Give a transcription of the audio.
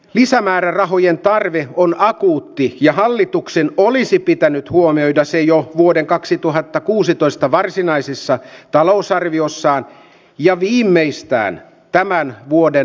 lisämäärärahojen tarve on akuutti ja hallituksen olisi pitänyt huomioida se jo vuoden kaksituhattakuusitoista varsinaisessa talousarviossa ja viimeistään tämän vuoden